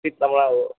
ঠিক আপোনাৰ হ'ব